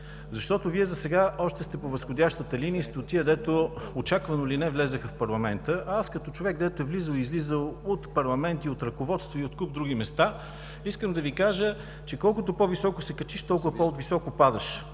Защото Вие засега още сте по възходящата линия и сте от тези, които, очаквано или не, влязоха в парламента. Аз, като човек, който е влизал – излизал от парламенти, от ръководства и от куп други места, искам да Ви кажа, че колкото по-високо се качиш, толкова по-отвисоко падаш.